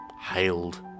hailed